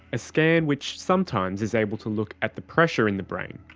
a scan which sometimes is able to look at the pressure in the brain.